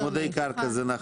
צמודי קרקע זה נכון.